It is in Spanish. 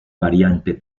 variante